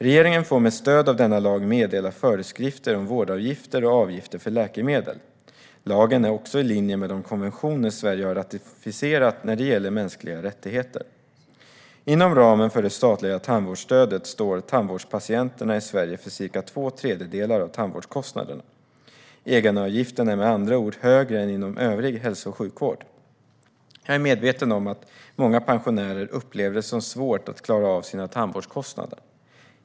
Regeringen får med stöd av denna lag meddela föreskrifter om vårdavgifter och avgifter för läkemedel. Lagen är också i linje med de konventioner som Sverige har ratificerat när det gäller mänskliga rättigheter. Inom ramen för det statliga tandvårdsstödet står tandvårdspatienterna i Sverige för cirka två tredjedelar av tandvårdskostnaderna. Egenavgiften är med andra ord högre än inom övrig hälso och sjukvård. Jag är medveten om att många pensionärer upplever det som svårt att klara av sina tandvårdskostnader.